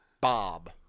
Bob